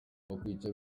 bakica